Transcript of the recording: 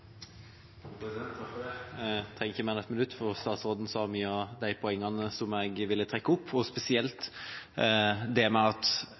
Takk for det. Jeg trenger ikke mer enn ett minutt, for statsråden kom med mye av de poengene som jeg ville trekke opp, spesielt det med at